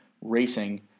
Racing